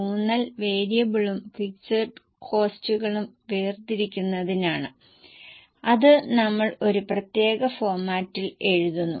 തുടർന്ന് വേരിയബിളിറ്റി ശതമാനത്തെക്കുറിച്ച് ഒരു പട്ടിക നൽകിയിരിക്കുന്നു ഇപ്പോൾ cost structure variable cost table നൽകിയിരിക്കുന്നു